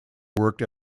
worked